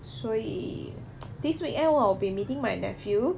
所以 this weekend I'll be meeting my nephew